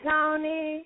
Tony